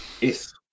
yes